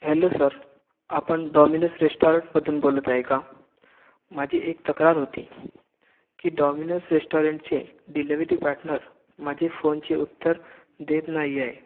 hello sir आपण Domino's रेस्टॉरंटमधून बोलत आहे का माझी एक तक्रार होती की डॉमिनोज रेस्टॉरंटचे डीलेवेटिव्ह पार्टनर माझ्या फोनचे उत्तर देत नाही आहे